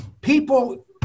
people